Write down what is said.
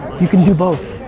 you can do both.